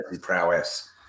prowess